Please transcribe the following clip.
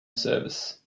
service